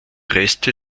reste